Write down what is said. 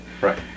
Right